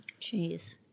Jeez